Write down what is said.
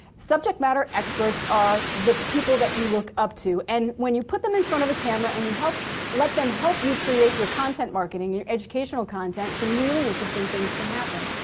subject matter experts are the people that you look up to and when you put them in front of a camera and you let them help you create your content marketing, your educational content, some really interesting things can happen.